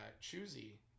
choosy